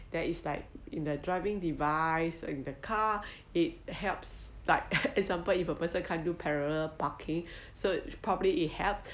there is like in the driving device in the car it helps like example if a person can't do parallel parking so probably it helps